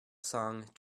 song